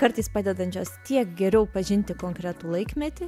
kartais padedančios tiek geriau pažinti konkretų laikmetį